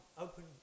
open